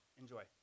enjoy